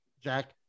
Jack